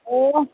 ꯑꯣ